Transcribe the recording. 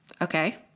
Okay